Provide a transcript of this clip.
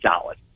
solid